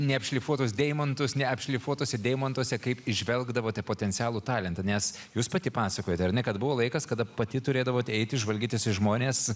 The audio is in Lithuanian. neapšlifuotus deimantus neapšlifuotuose deimantuose kaip žvelgdavote potencialų talentą nes jūs pati pasakojote kad buvo laikas kada pati turėdavot eiti žvalgytis į žmones